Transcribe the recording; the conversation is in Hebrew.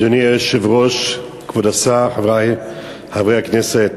אדוני היושב-ראש, כבוד השר, חברי חברי הכנסת,